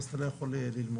אתה לא יכול ללמוד.